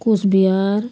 Cooch Behar